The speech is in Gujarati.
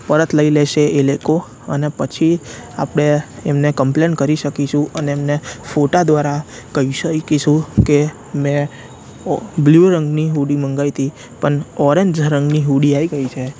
પરત લઈ લેશે એ લેકો અને પછી આપણે એમને કંપલેન કરી શકીશું અને એમને ફોટા દ્વારા કહી શકીશું કે મેં બ્લૂ રંગની હુડી મંગાવી હતી પણ ઓરેન્જ રંગની હુડી આવી ગઈ છે